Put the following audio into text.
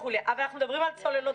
אבל אנחנו מדברים על צוללות,